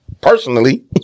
Personally